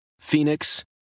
Phoenix